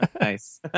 Nice